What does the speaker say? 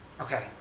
okay